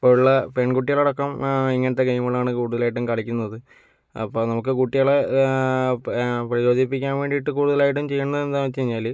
ഇപ്പോൾ ഉള്ള പെൺകുട്ടികൾ അടക്കം ഇങ്ങനത്തെ ഗെയിമുകളാണ് കൂടുതലായിട്ടും കളിക്കുന്നത് അപ്പോൾ നമുക്ക് കുട്ടികളെ പ്രയോജിപ്പിക്കാൻ വേണ്ടിയിട്ട് കൂടുതലായിട്ടും ചെയ്യുന്നത് എന്താ എന്നു വച്ച് കഴിഞ്ഞാൽ